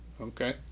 Okay